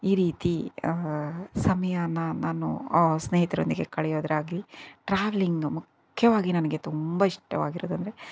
ಈ ರೀತಿ ಸಮಯಾನು ಸ್ನೇಹಿತರೊಂದಿಗೆ ಕಳೆಯೋದಾಗಲಿ ಟ್ರಾವ್ಲಿಂಗ್ ಮುಖ್ಯವಾಗಿ ನನಗೆ ತುಂಬ ಇಷ್ಟವಾಗಿರೋದೆಂದರೆ